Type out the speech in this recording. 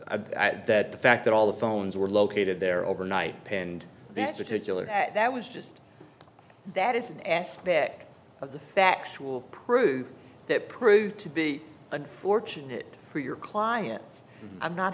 thought that the fact that all the phones were located there overnight penned that particular that was just that is an aspect of the factual proof that proved to be unfortunate for your client i'm not